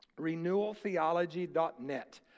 RenewalTheology.net